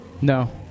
no